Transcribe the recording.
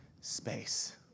space